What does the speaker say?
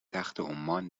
عمان